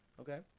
Okay